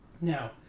Now